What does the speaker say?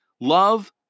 love